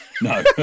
No